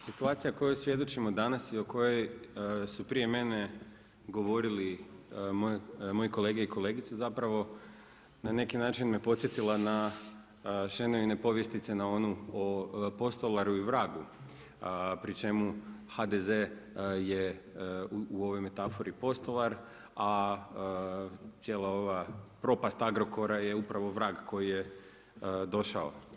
Situacija kojoj svjedočimo danas i o kojoj su prije mene govorili moje kolege i kolegice zapravo na neki način me podsjetila na Šenoine povjestice na onu o Postolaru i vragu pri čemu HDZ je u ovoj metafori postolar a cijela ova propast Agrokora je upravo Vrag koji je došao.